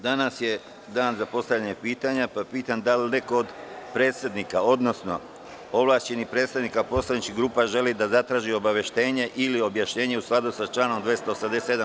Danas je dan za postavljanje poslaničkih pitanja, pa pitam da li neko od predsednika, odnosno ovlašćenih predstavnika poslaničkih grupa želi da zatraži obaveštenje ili objašnjenje u skladu sa članom 287.